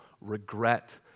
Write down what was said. regret